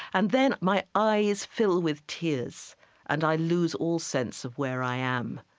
and then my eyes fill with tears and i lose all sense of where i am.